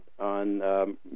on